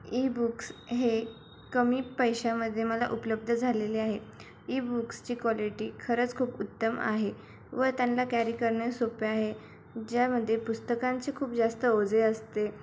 e books हे कमी पैशामधे मला उपलब्ध झालेले आहे ई बुक्सची क्वालिटी खरंच खूप उत्तम आहे व त्यांना कॅरी करणे सोपे आहे ज्यामध्ये पुस्तकांचे खूप जास्त ओझे असते